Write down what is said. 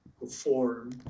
perform